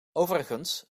overigens